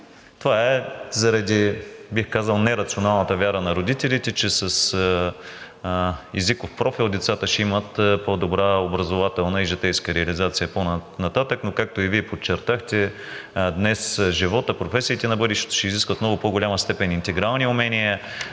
това е заради нерационалната вяра на родителите, че с езиков профил децата ще имат по-добра образователна и житейска реализация по-нататък. Но както и Вие подчертахте, днес животът, професиите на бъдещето ще изискват в много по-голяма степен интегрални умения,